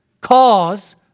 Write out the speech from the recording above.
cause